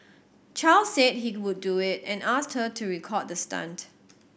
Chow said he would do it and asked her to record the stunt